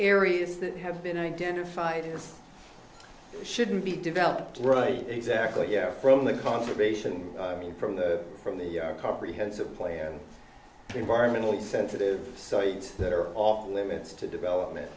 areas that have been identified shouldn't be developed right exactly yeah from the conservation from the from the comprehensive player environmentally sensitive sites that are off limits to development